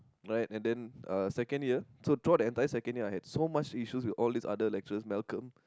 right and then uh second year so throughout the entire second year I had so much issues to all these other lecturers Malcolm